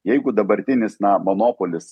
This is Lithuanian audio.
jeigu dabartinis na monopolis